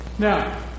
Now